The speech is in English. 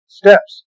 steps